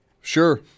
Sure